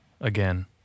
again